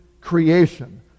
creation